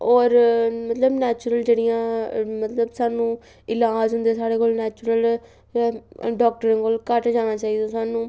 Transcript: होर मतलब नैचुरल जेह्ड़ियां मतलब सानूं इलाज होंदे साढ़े कोल नैचरल डाक्टरें कोल घट्ट जाना चाहिदा सानूं